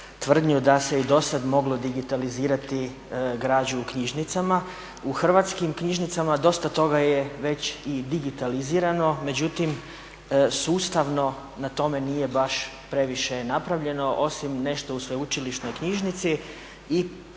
tvrdnju da se i do sada moglo digitalizirati građu u knjižnicama. U hrvatskih knjižnicama dosta toga je već i digitalizirano međutim sustavno na tome nije baš previše napravljeno osim nešto u sveučilišnoj knjižnici